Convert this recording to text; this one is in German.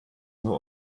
nur